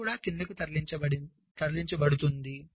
C కూడా క్రిందికి తరలించబడుతుంది